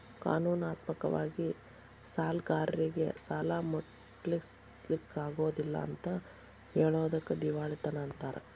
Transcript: ಕಾನೂನಾತ್ಮಕ ವಾಗಿ ಸಾಲ್ಗಾರ್ರೇಗೆ ಸಾಲಾ ಮುಟ್ಟ್ಸ್ಲಿಕ್ಕಗೊದಿಲ್ಲಾ ಅಂತ್ ಹೆಳೊದಕ್ಕ ದಿವಾಳಿತನ ಅಂತಾರ